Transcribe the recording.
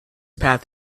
path